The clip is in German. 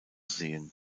sehen